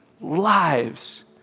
lives